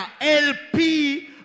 LP